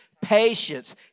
patience